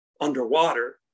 underwater